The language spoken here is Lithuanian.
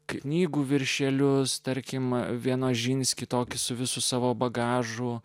knygų viršelius tarkim vienožinskį tokį su visu savo bagažo